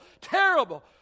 terrible